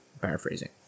paraphrasing